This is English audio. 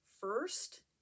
First